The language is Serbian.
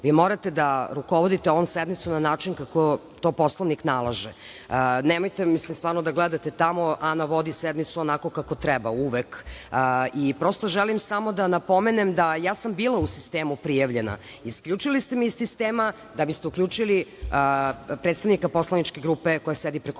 vi morate da rukovodite ovom sednicom na način kako to Poslovnik nalaže. Nemojte tamo da gledate, Ana vodi sednicu onako kako treba uvek. Ja prosto želim samo da napomenem, ja sam bila u sistemu prijavljena, isključili ste me iz sistema da biste uključili predstavnika poslaničke grupe koja sedi preko